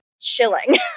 chilling